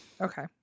Okay